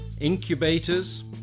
incubators